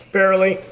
Barely